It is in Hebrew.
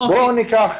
בואו ניקח